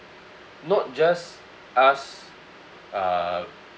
not just us uh